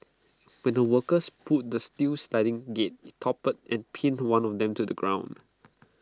when the workers pulled the steel sliding gate IT toppled and pinned one of them to the ground